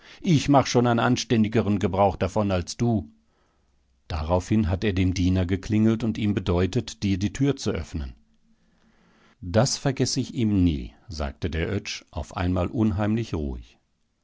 ich mach schon einen anständigeren gebrauch davon als du daraufhin hat er dem diener geklingelt und ihm bedeutet dir die türe zu öffnen das vergess ich ihm nie sagte der oetsch auf einmal unheimlich ruhig